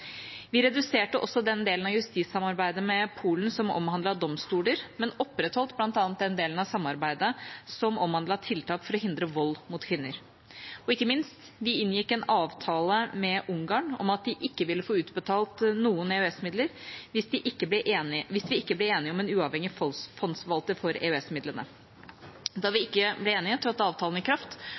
Vi reduserte også den delen av justissamarbeidet med Polen som omhandlet domstoler, men opprettholdt bl.a. den delen av samarbeidet som omhandlet tiltak for å hindre vold mot kvinner. Og ikke minst: Vi inngikk en avtale med Ungarn om at de ikke ville få utbetalt noen EØS-midler hvis vi ikke ble enige om en uavhengig fondsforvalter for EØS-midlene. Da vi ikke ble enige, trådte avtalen i kraft,